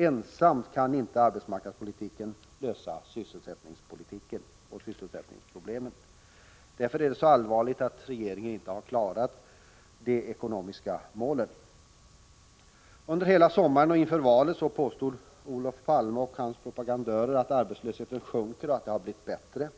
Ensam kan inte arbetsmarknadspolitiken lösa sysselsättningsproblemen. Därför är det så allvarligt att regeringen inte klarat de ekonomiska målen. Under hela sommaren och inför valet påstod Olof Palme och hans propagandister att arbetslösheten sjunker och att det har blivit bättre.